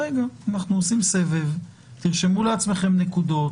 אנחנו עושים סבב, תרשמו לעצמכם נקודות.